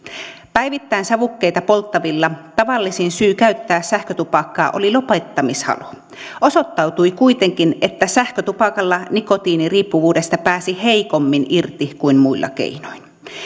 päivittäin savukkeita polttavilla tavallisin syy käyttää sähkötupakkaa oli lopettamishalu osoittautui kuitenkin että sähkötupakalla nikotiiniriippuvuudesta pääsi irti heikommin kuin muilla keinoin